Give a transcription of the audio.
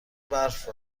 برف